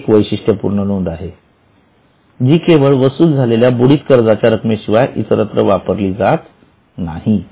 ही एक वैशिष्ट्यपूर्ण नोंद आहे जी केवळ वसूल झालेल्या बुडीत कर्जाच्या रक्कमेशिवाय इतरत्र वापरली जात नाही